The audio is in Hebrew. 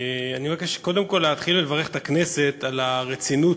אני מבקש קודם כול לברך את הכנסת על הרצינות